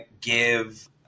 give